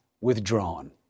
withdrawn